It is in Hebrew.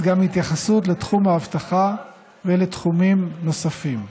גם התייחסות לתחום האבטחה ולתחומים נוספים.